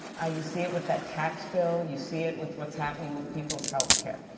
ah you see it with that tax bill, you see it with what's happening with people's health care.